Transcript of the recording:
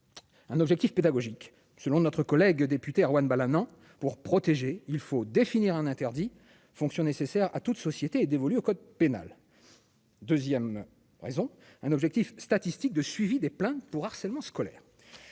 un objectif pédagogique selon notre collègue député Erwan Balanant pour protéger, il faut définir un interdit fonction nécessaire à toute société est dévolu au code pénal. 2ème raison un objectif statistiques de suivi des plaintes pour harcèlement scolaire.